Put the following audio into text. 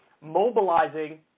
mobilizing